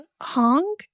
Hong